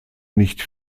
nicht